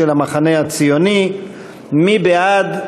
של המחנה הציוני: מי בעד?